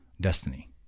destiny